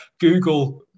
Google